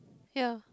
yeah